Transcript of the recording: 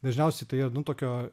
dažniausiai tai yra nu tokio